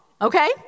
okay